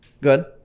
good